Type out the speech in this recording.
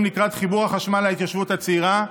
לקראת חיבור החשמל להתיישבות הצעירה,